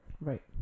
Right